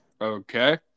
okay